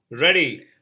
Ready